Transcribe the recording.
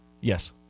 yes